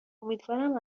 امیدوارم